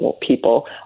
people